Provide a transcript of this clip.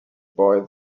boy